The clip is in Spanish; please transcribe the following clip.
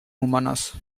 humanas